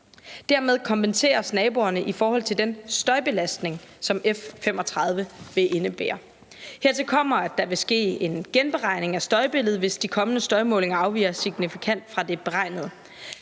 Dermed kompenseres naboerne i forhold til den støjbelastning, som F-35 vil indebære. Hertil kommer, at der vil ske en genberegning af støjbilledet, hvis de kommende støjmålinger afviger signifikant fra det beregnede.